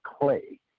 clay